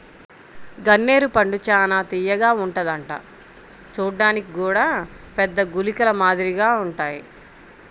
గన్నేరు పండు చానా తియ్యగా ఉంటదంట చూడ్డానికి గూడా పెద్ద గుళికల మాదిరిగుంటాయ్